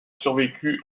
survécu